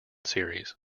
series